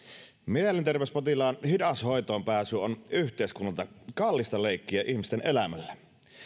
mielenterveyspotilaan hidas hoitoonpääsy on yhteiskunnalta kallista leikkiä ihmisten elämällä